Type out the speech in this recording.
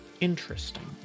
Interesting